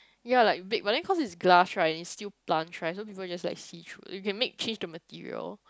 ya like baked but then cause it's glass right and it's still plants right so people just like see through you can make change the material